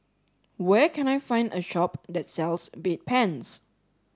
where can I find a shop that sells bedpans